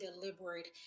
deliberate